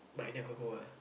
but I never go ah